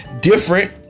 different